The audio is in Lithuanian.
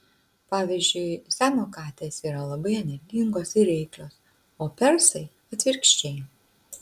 pavyzdžiui siamo katės yra labai energingos ir reiklios o persai atvirkščiai